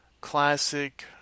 classic